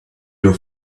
your